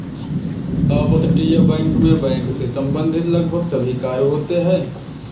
अपतटीय बैंक मैं बैंक से संबंधित लगभग सभी कार्य होते हैं